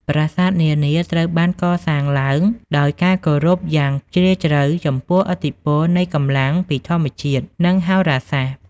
ប្រាសាទនានាត្រូវបានកសាងឡើងដោយការគោរពយ៉ាងជ្រាលជ្រៅចំពោះឥទ្ធិពលនៃកម្លាំងពីធម្មជាតិនិងហោរាសាស្ត្រ។